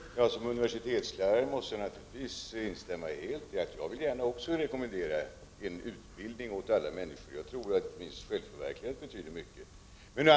Herr talman! Som universitetslärare måste jag naturligtvis helt instämma i utbildningsministerns synpunkt; jag skulle också gärna vilja rekommendera en utbildning till alla människor. Jag tror att ett visst självförverkligande betyder mycket.